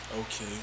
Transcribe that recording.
Okay